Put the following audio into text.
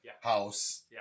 house